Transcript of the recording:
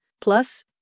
plus